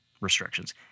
restrictions